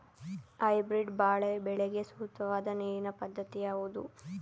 Hybrid ಬಾಳೆ ಬೆಳೆಗೆ ಸೂಕ್ತವಾದ ನೀರಿನ ಪದ್ಧತಿ ಯಾವುದು?